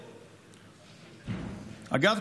אגב,